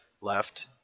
left